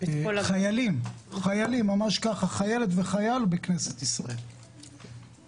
ממש חייל וחיילת בכנסת ישראל כדי לבצע את עבודתכם.